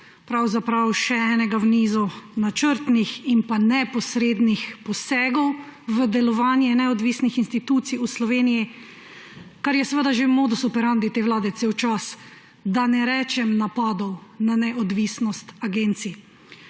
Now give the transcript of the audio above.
pravzaprav še enega v nizu načrtnih in neposrednih posegov v delovanje neodvisnih institucij v Sloveniji, kar je seveda že modus operandi te vlade cel čas, da ne rečem napadov na neodvisnost agencij.